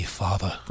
father